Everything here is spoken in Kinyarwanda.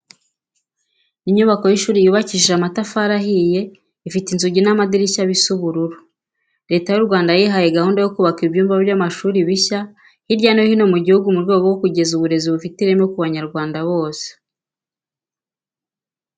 Ni inyubako y'ishuri yubakishije amatafari ahiye , ifite inzugi n'amadirishya bisa ubururu. Leta y'u Rwanda yihaye gahunda yo kubaka ibyumba by'amashuri bishya hirya no hino mu gihugu mu rwego rwo kugeza uburezi bufite ireme ku banyarwanda bose.